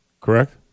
correct